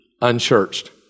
unchurched